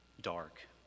dark